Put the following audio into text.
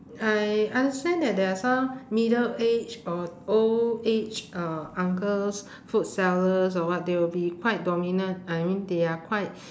I understand that there are some middle age or old age uh uncles food sellers or what they will be quite dominant I mean they are quite